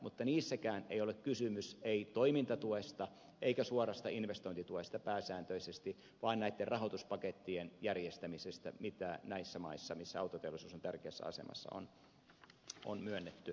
mutta niissäkään ei ole kysymys toimintatuesta eikä suorasta investointituesta pääsääntöisesti vaan näitten rahoituspakettien järjestämisestä mitä näissä maissa missä autoteollisuus on tärkeässä asemassa on myönnetty